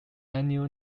annual